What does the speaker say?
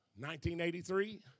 1983